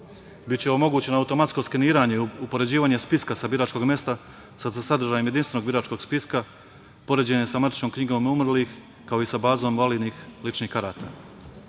Biće omogućeno automatsko skeniranje, upoređivanje spiska sa biračkog mesta sa sadržajem jedinstvenog biračkog spiska, poređenje sa matičnom knjigom umrlih, kao i sa bazom validnih ličnih karata. Jako